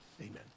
amen